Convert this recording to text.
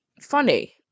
funny